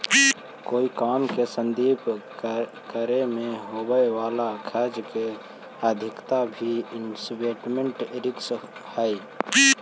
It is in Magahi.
कोई काम के संपादित करे में होवे वाला खर्च के अधिकता भी इन्वेस्टमेंट रिस्क हई